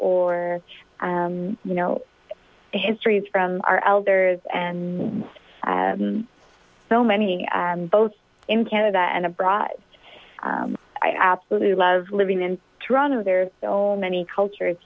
or you know histories from our elders and so many both in canada and abroad i absolutely love living in toronto there's so many cultures